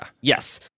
Yes